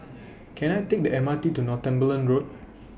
Can I Take The M R T to Northumberland Road